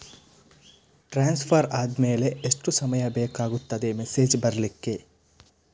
Transfer ಆದ್ಮೇಲೆ ಎಷ್ಟು ಸಮಯ ಬೇಕಾಗುತ್ತದೆ ಮೆಸೇಜ್ ಬರ್ಲಿಕ್ಕೆ?